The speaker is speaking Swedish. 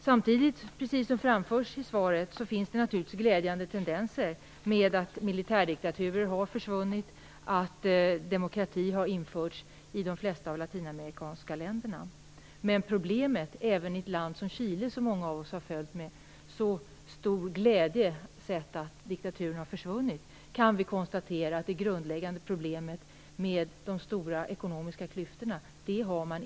Som har framförts i svaret finns det samtidigt glädjande tendenser. Militärdiktaturer har försvunnit, och demokrati har införts i de flesta av de latinamerikanska länderna. Samtidigt kan vi konstatera att man även i ett land som Chile, som många av oss har följt och där vi med stor glädje har sett att diktaturen har försvunnit, inte har rått på det grundläggande problemet med ekonomiska klyftor.